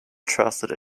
trusted